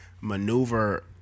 maneuver